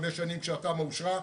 חמש שנים שהתמ"א אושרה.